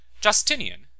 Justinian